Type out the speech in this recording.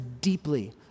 deeply